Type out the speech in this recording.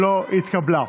לא נתקבלה.